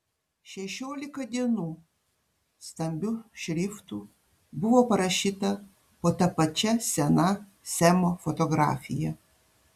šešiolika dienų stambiu šriftu buvo parašyta po ta pačia sena semo fotografija